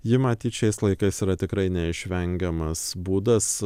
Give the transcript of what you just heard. ji matyt šiais laikais yra tikrai neišvengiamas būdas